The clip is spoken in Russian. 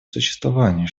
существованию